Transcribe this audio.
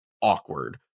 awkward